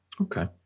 Okay